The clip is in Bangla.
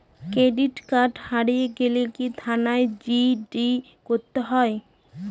ক্রেডিট কার্ড হারিয়ে গেলে কি থানায় জি.ডি করতে হয়?